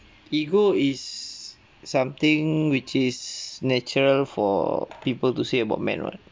ego is something which is natural for people to say about man [what]